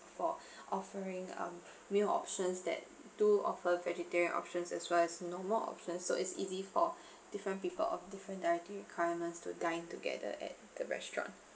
for offering um meal options that do offer vegetarian options as well as normal options so it's easy for different people of different dietary requirements to dine together at the restaurant